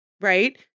right